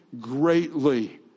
greatly